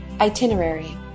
Itinerary